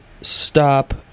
stop